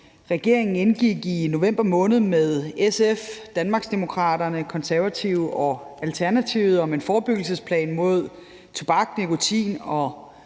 regeringen indgik i november måned med SF, Danmarksdemokraterne, Konservative og Alternativet, om en forebyggelsesplan mod tobak, nikotin og